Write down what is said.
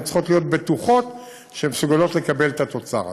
הן צריכות להיות בטוחות שהן מסוגלות לקבל את התוצר הזה.